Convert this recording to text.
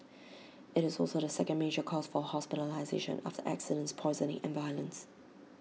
IT is also the second major cause for hospitalisation after accidents poisoning and violence